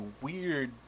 weird